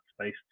space